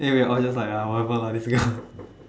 then we all just like ah whatever lah this girl